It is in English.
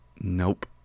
Nope